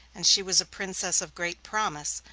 and she was a princess of great promise,